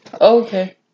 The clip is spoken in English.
Okay